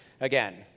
again